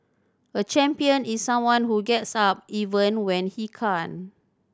a champion is someone who gets up even when he can't